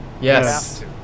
Yes